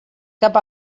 cap